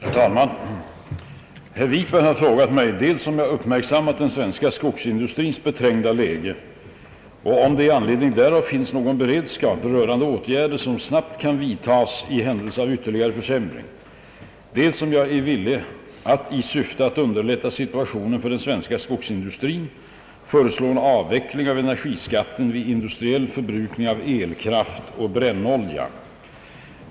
Herr talman! Herr Wikberg har frågat mig dels om jag uppmärksammat den svenska skogsindustrins beträngda läge och om det i anledning därav finns någon beredskap rörande åtgärder som snabbt kan vidtagas i händelse av ytterligare försämring, dels om jag är villig att i syfte att underlätta situationen för den svenska skogsindustrin föreslå en avveckling av energiskatten vid industriell förbrukning av elkraft och brännolja.